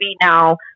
now